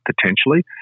potentially